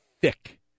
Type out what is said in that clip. thick